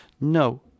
No